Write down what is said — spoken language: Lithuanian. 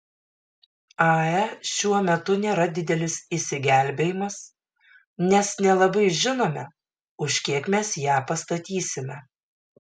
ae šiuo metu nėra didelis išsigelbėjimas nes nelabai žinome už kiek mes ją pastatysime